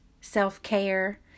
self-care